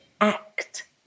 act